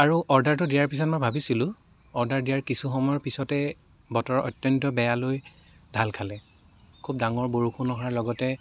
আৰু অৰ্ডাৰটো দিয়াৰ পিছত মই ভাবিছিলোঁ অৰ্ডাৰ দিয়াৰ কিছু সময়ৰ পিছতে বতৰৰ অত্য়ন্ত বেয়ালৈ ঢাল খালে খুব ডাঙৰ বৰষুণ অহাৰ লগতে